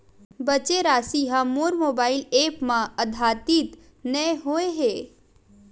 बचे राशि हा मोर मोबाइल ऐप मा आद्यतित नै होए हे